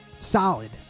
solid